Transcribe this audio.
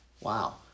Wow